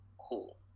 cool